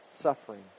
suffering